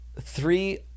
three